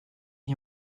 nie